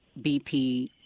BP